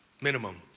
minimum